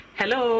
hello